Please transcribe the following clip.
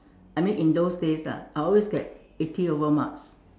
I mean in those days lah I will always get eighty over marks